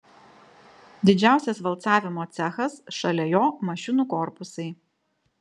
didžiausias valcavimo cechas šalia jo mašinų korpusai